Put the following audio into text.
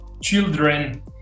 children